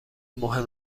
مهم